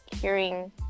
hearing